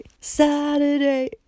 Saturday